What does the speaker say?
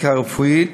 אתיקה רפואית